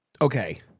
Okay